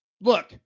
look